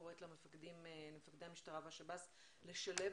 השוטרים והסוהרים לשנת 2019,